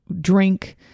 drink